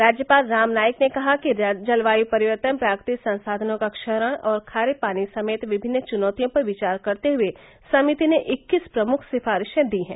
राज्यपाल राम नाईक ने कहा कि जलवायु परिवर्तन प्राकृतिक संसाधनों का क्षरण और खारे पानी समेत विभिन्न चुनौतियों पर विचार करते हुए समिति ने इक्कीस प्रमुख सिफारिशें दी हैं